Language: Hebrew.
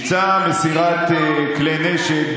מבצע מסירת כלי נשק,